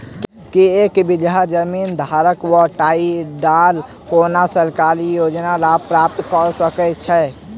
की एक बीघा जमीन धारक वा बटाईदार कोनों सरकारी योजनाक लाभ प्राप्त कऽ सकैत छैक?